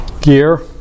Gear